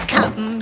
Come